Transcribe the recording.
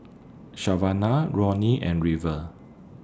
Savana Ronnie and River